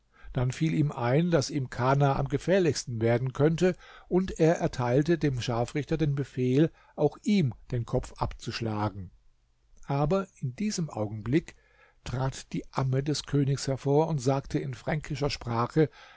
dann fiel ihm ein daß ihm kana am gefährlichsten werden könnte und er erteilte dem scharfrichter den befehl auch ihm den kopf abzuschlagen aber in diesem augenblick trat die amme des königs hervor und sagte in fränkischer sprache